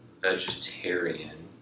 vegetarian